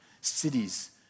cities